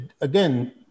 again